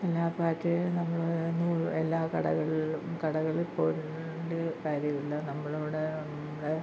എല്ലാ പാറ്റേണും നമ്മൾ എല്ലാ കടകളിലും കടകളിൽ പോകേണ്ട കാര്യമില്ല നമ്മൾ അവിടെ നമ്മുടെ